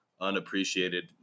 unappreciated